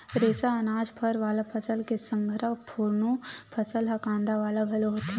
रेसा, अनाज, फर वाला फसल के संघरा कोनो फसल ह कांदा वाला घलो होथे